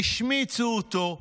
השמיצו אותו,